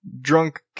drunk